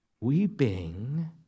weeping